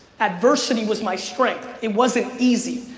adversity was my strength. it wasn't easy.